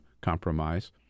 compromise